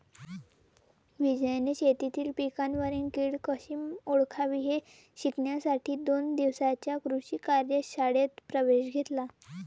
विजयने शेतीतील पिकांवरील कीड कशी ओळखावी हे शिकण्यासाठी दोन दिवसांच्या कृषी कार्यशाळेत प्रवेश घेतला